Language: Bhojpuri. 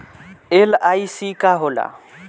एल.आई.सी का होला?